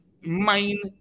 main